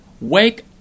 wake